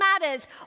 matters